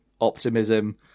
optimism